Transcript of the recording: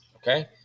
Okay